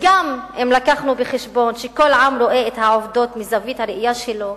וגם אם הבאנו בחשבון שכל עם רואה את העובדות מזווית הראייה שלו,